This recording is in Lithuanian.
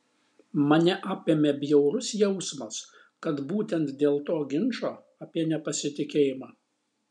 mane apėmė bjaurus jausmas kad būtent dėl to ginčo apie nepasitikėjimą